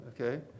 okay